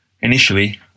Initially